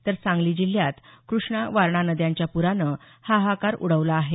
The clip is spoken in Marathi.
तर सांगली जिल्ह्यात क्रष्णा वारणा नद्यांच्या प्रानं हाहाकार उडवला आहे